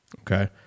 Okay